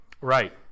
Right